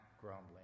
grumbling